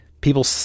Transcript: People